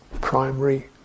primary